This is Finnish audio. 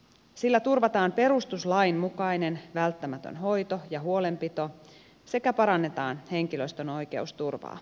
sillä turvataan perustuslain mukainen välttämätön hoito ja huolenpito sekä parannetaan henkilöstön oikeusturvaa